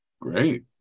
Great